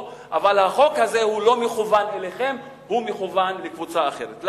אבל החוק הזה לא מכוון אליכם אלא מכוון להיטיב רק עם הקבוצה האחרת.